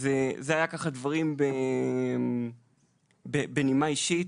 אלה היו ככה דברים בנימה אישית.